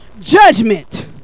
judgment